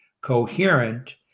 coherent